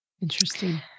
Interesting